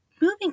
moving